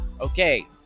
okay